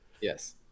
Yes